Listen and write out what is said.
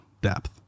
depth